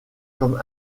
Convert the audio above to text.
comme